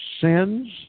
sins